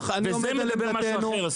וזה מדבר על משהו אחר.